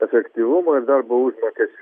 efektyvumo ir darbo užmokesčio